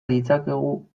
ditzakegu